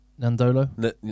Nandolo